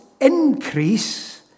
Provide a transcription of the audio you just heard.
increase